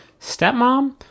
stepmom